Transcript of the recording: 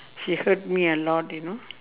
she hurt me a lot you know